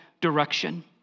direction